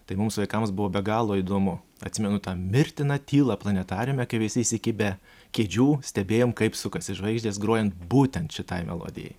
tai mums vaikams buvo be galo įdomu atsimenu tą mirtiną tylą planetariume kai visi įsikibę kėdžių stebėjom kaip sukasi žvaigždės grojant būtent šitai melodijai